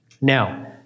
Now